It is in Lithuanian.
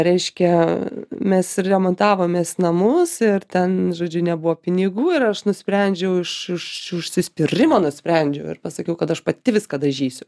reiškia mes remontavomės namus ir ten žodžiu nebuvo pinigų ir aš nusprendžiau iš iš užsispyrimo nusprendžiau ir pasakiau kad aš pati viską dažysiu